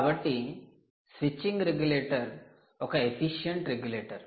కాబట్టి 'switching regulator' ఒక efficient regulator